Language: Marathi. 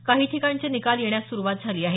काही ठिकाणचे निकाल येण्यास सुरुवात झाली आहे